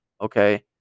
okay